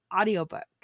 audiobook